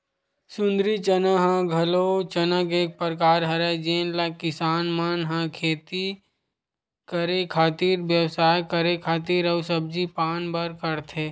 सुंदरी चना ह घलो चना के एक परकार हरय जेन ल किसान मन ह खेती करे खातिर, बेवसाय करे खातिर अउ सब्जी पान बर करथे